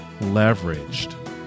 leveraged